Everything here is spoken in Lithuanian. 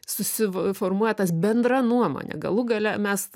susiva formuoja tas bendra nuomonė galų gale mes